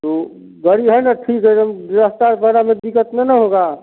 तो गड़ी है ना ठीक एक दम रस्ता पैरा में दिक्कत नहीं ना होगा